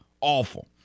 Awful